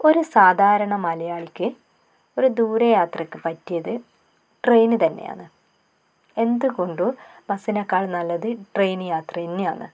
ഒരു സാധാരണ മലയാളിക്ക് ഒരു ദൂരെ യാത്രയ്ക്ക് പറ്റിയത് ട്രെയിൻ തന്നെയാന്ന് എന്തുകൊണ്ടും ബസ്സിനെക്കാളും നല്ലത് ട്രെയിൻ യാത്ര തന്നെയാന്ന്